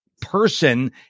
person